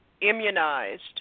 immunized